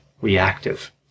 reactive